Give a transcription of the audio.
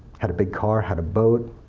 had a big car, had a boat,